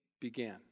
began